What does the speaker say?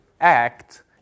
act